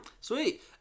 sweet